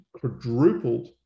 quadrupled